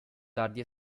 tardi